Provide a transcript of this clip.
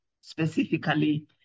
specifically